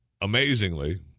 amazingly